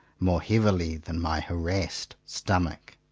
more heavily than my harassed stomach.